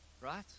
right